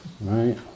Right